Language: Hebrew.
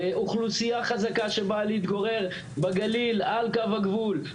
אוכלוסייה חזקה שבאה להתגורר בגליל על קו הגבול.